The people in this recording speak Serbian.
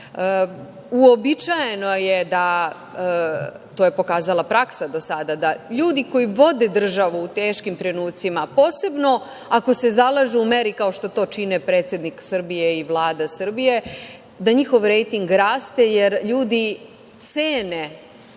Uobičajeno je da, to je pokazala praksa do sada, da ljudi koji vode državu u teškim trenucima, posebno ako se zalažu u meri kao što to čine predsednik Srbije i Vlada Srbije, da njihov rejting raste, jer ljudi cene,